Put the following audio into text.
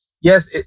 yes